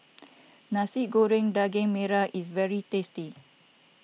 Nasi Goreng Daging Merah is very tasty